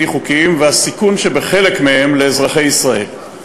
חוקיים והסיכון שבחלק מהם לאזרחי ישראל.